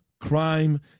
Crime